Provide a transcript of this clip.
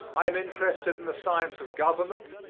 i am interested in the science of government,